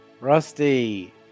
Rusty